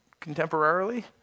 contemporarily